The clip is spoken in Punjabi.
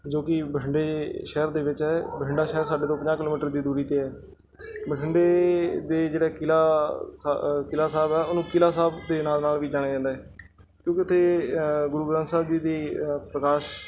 ਜੋ ਕਿ ਬਠਿੰਡੇ ਸ਼ਹਿਰ ਦੇ ਵਿੱਚ ਹੈ ਬਠਿੰਡਾ ਸ਼ਹਿਰ ਸਾਡੇ ਤੋਂ ਪੰਜਾਹ ਕਿਲੋਮੀਟਰ ਦੀ ਦੂਰੀ 'ਤੇ ਹੈ ਬਠਿੰਡੇ ਦਾ ਜਿਹੜਾ ਕਿਲ੍ਹਾ ਸ ਕਿਲ੍ਹਾ ਸਾਹਿਬ ਆ ਉਹਨੂੰ ਕਿਲ੍ਹਾ ਸਾਹਿਬ ਦੇ ਨਾਂ ਨਾਲ ਵੀ ਜਾਣਿਆ ਜਾਂਦਾ ਹੈ ਕਿਉਂਕਿ ਉੱਥੇ ਗੁਰੂ ਗ੍ਰੰਥ ਸਾਹਿਬ ਜੀ ਦੀ ਪ੍ਰਕਾਸ਼